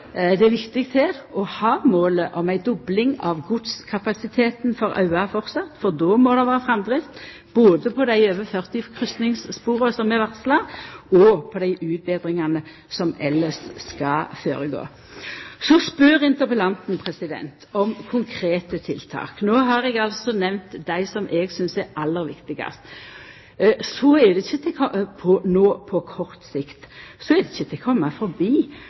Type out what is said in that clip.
det er viktig her å ha målet om ei dobling av godskapasiteten for auge framleis, for då må det vera framdrift både på dei over 40 kryssingsspora som er varsla, og på dei utbetringane som elles skal føregå. Så spør interpellanten om konkrete tiltak. No har eg nemnt dei som eg synest er aller viktigast på kort sikt. Så er det ikkje til å koma forbi